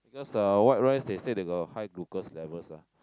because ah white rice they say they got high glucose levels ah